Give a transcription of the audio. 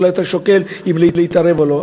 אולי אתה שוקל אם להתערב או לא.